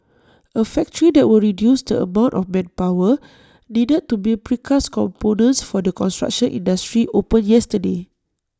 A factory that will reduce the amount of manpower needed to build precast components for the construction industry opened yesterday